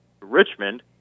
richmond